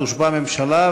תושבע ממשלה,